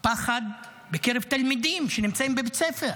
פחד בקרב תלמידים שנמצאים בבית ספר.